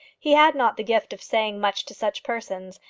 he had not the gift of saying much to such persons,